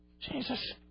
Jesus